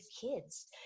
kids